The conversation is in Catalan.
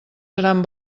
seran